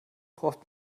braucht